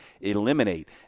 eliminate